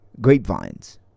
grapevines